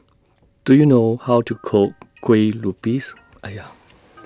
Do YOU know How to Cook Kueh Lupis